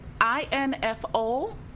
I-N-F-O